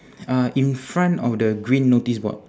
uh in front of the green notice board